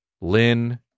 lynn